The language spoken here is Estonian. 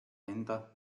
enda